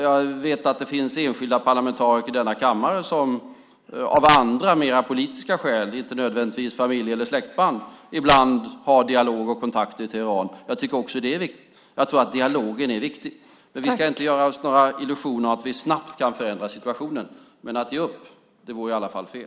Jag vet att det finns enskilda parlamentariker i denna kammare som av andra mer politiska skäl, inte nödvändigtvis familje eller släktband, ibland har dialog och kontakter i Teheran. Jag tycker att det också är viktigt. Jag tror att dialogen är viktig. Vi ska inte göra oss några illusioner om att vi snabbt kan förändra situationen, men att ge upp vore i alla fall fel.